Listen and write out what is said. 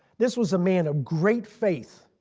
this was a man of great faith.